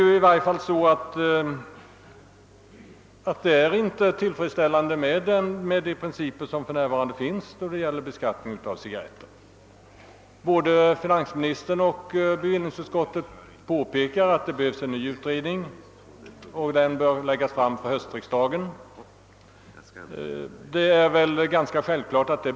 De principer som för närvarande gäller för beskattningen av cigarretter är inte tillfredsställande. Både finansministern och bevillningsutskottet påpekar att det behövs en ny utredning, vars resultat bör läggas fram för höstriksdagen. Detta bör kunna ske.